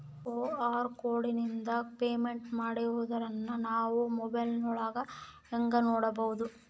QR ಕೋಡಿಂದ payment ಮಾಡಿರೋದನ್ನ ನಾವು ಮೊಬೈಲಿನೊಳಗ ಹೆಂಗ ನೋಡಬಹುದು?